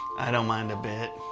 i don't mind a bit.